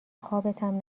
خوابتم